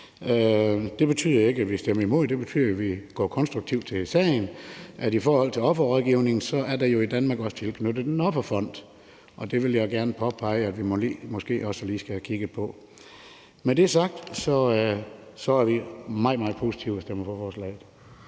Det betyder jo ikke, at vi stemmer imod; det betyder, at vi går konstruktivt til sagen. I forhold til offerrådgivningen er der i Danmark også tilknyttet en offerfond, og det vil jeg gerne påpege at vi måske også lige skal have kigget på. Når det er sagt, vil jeg sige, at vi er meget, meget positive og stemmer for forslaget.